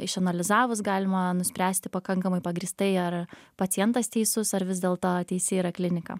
išanalizavus galima nuspręsti pakankamai pagrįstai ar pacientas teisus ar vis dėlto teisi yra klinika